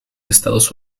estados